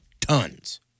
Tons